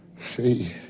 see